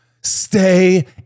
Stay